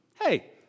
Hey